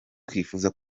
twifuza